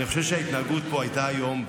אני חושב שההתנהגות הייתה פה היום,